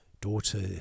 daughter